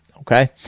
okay